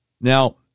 Now